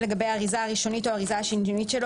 גבי האריזה הראשונית או האריזה השניונית שלו,